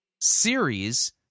series